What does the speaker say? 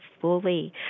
fully